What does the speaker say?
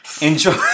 Enjoy